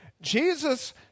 Jesus